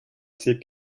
ses